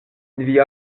via